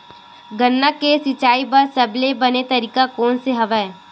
गन्ना के सिंचाई बर सबले बने तरीका कोन से हवय?